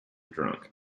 drunk